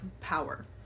power